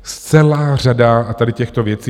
Celá řada tady těchto věcí.